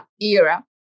era